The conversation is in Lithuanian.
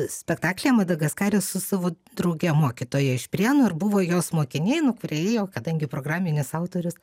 spektaklyje madagaskare su savo drauge mokytoja iš prienų ir buvo jos mokiniai nu kurie ėjo kadangi programinis autorius